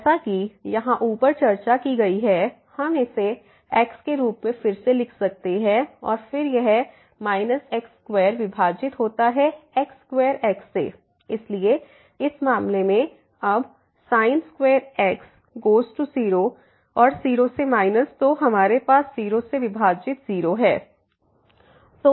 जैसा कि यहां ऊपर चर्चा की गई है हम इसे x के रूप में फिर से लिख सकते हैं और फिर यह x2 विभाजित होता है x2x से इसलिए इस मामले में अब sin square x goes to 0 और 0 से माइनस तो हमारे पास 0 से विभाजित 0है